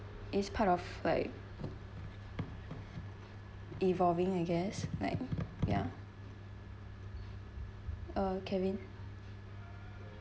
it's part of like evolving I guess like ya uh kevin